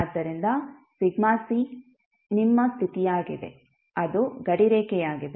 ಆದ್ದರಿಂದ ನಿಮ್ಮ ಸ್ಥಿತಿಯಾಗಿದೆ ಅದು ಗಡಿರೇಖೆಯಾಗಿದೆ